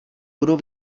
budou